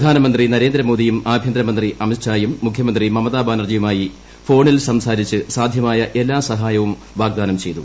പ്രധാനമന്ത്രി നരേന്ദ്രമോദിയും ആഭൃന്തരമന്ത്രി അമിത്ഷായും മുഖ്യമന്ത്രി മമത ബാനർജിയുമായി ഫോണിൽ സംസാരിച്ച് സാധ്യമായ എല്ലാ സഹായവും വാഗ്ദാനം ചെയ്തു